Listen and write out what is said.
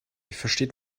versteht